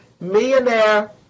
millionaire